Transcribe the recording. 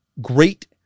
great